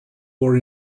war